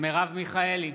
מרב מיכאלי,